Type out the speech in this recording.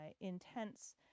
intense